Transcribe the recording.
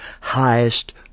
highest